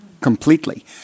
completely